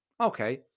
okay